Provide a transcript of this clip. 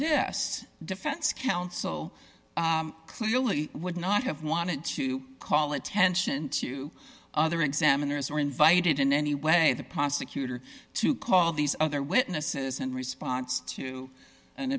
this defense counsel clearly would not have wanted to call attention to other examiners or invited in any way the prosecutor to call these other witnesses in response to an